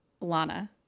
Lana